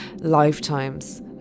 lifetimes